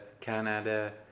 Canada